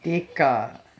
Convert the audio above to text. tekka